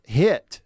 hit